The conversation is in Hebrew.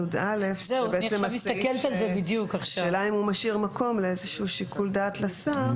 4יא משאיר מקום לאיזה שהוא שיקול דעת לשר,